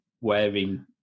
wearing